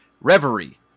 Reverie